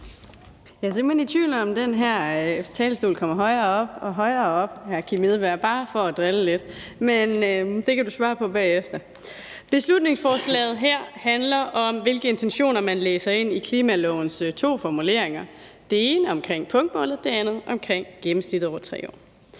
Jeg er simpelt hen i tvivl om, om den her talerstol kommer højere og højere op, hr. Kim Edberg Andersen – bare for at drille lidt. Men det kan du svare på bagefter. Beslutningsforslaget her handler om, hvilke intentioner man læser ind i klimalovens to formuleringer – det ene omkring punktmålet, det andet omkring gennemsnittet over 3 år.